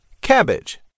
cabbage